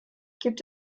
gibt